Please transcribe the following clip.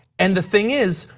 and the thing is,